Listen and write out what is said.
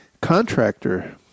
contractor